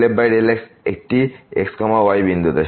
∂f∂x একটি x yবিন্দুতে